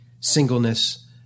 singleness